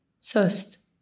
Sost